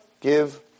give